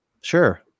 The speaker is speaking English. Sure